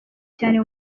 cyane